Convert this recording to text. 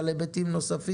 על היבטים נוספים,